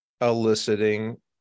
eliciting